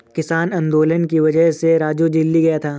किसान आंदोलन की वजह से राजू दिल्ली गया था